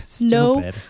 No